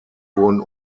wurden